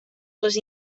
les